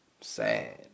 Sad